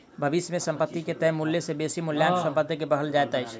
भविष्य मे संपत्ति के तय मूल्य सॅ बेसी मूल्यक मूल्य संचय कहल जाइत अछि